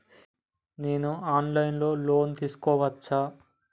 నేను online లో loan తీసుకోవచ్చా?